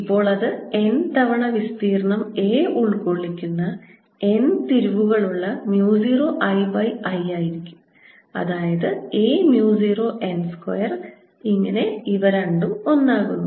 ഇപ്പോൾ അത് n തവണ വിസ്തീർണ്ണം a ഉൾകൊള്ളിക്കുന്ന n തിരിവുകളുള്ള mu 0 I by I ആയിരിക്കും അതായത് a mu 0 n സ്ക്വയർ അങ്ങനെ ഇവ രണ്ടും ഒന്നാകുന്നു